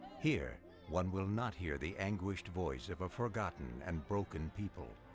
here one will not hear the anguished voice of a forgotten and broken people.